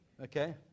Okay